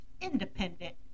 independent